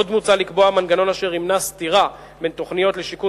עוד מוצע לקבוע מנגנון אשר ימנע סתירה בין תוכניות לשיכון